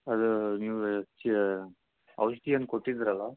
ಅದು ನೀವು ಚಿ ಔಷಧಿ ಏನು ಕೊಟ್ಟಿದ್ದಿರಲ್ಲಾ